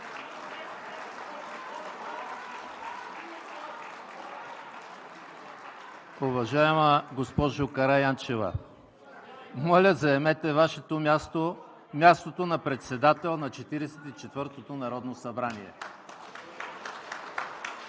Уважаема госпожо Караянчева, моля, заемете Вашето място – мястото на председател на 44-тото народно събрание.